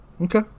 Okay